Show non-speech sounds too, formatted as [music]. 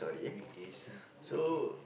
big days [laughs] okay